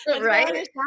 right